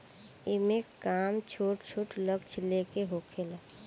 एईमे काम छोट छोट लक्ष्य ले के होखेला